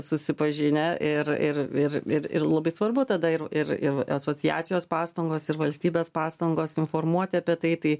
susipažinę ir ir ir ir ir labai svarbu tada ir ir ir ev asociacijos pastangos ir valstybės pastangos informuoti apie tai tai